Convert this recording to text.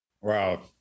Wow